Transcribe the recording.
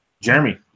Jeremy